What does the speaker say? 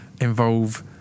involve